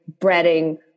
breading